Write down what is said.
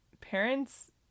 parents